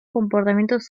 comportamientos